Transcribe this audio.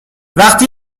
وقتی